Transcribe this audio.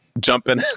jumping